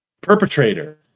perpetrator